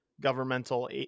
governmental